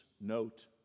note